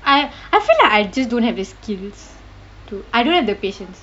I I feel like I just don't have the skills to I don't have the patience